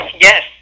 Yes